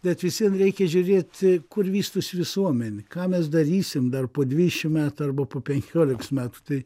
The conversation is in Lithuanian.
bet visvien reikia žiūrėti kur vystosi visuomenė ką mes darysim dar po dvidešimt metų arba po penkiolikos metų tai